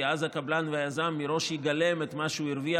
כי אז הקבלן והיזם יגלם מראש את מה שהרוויח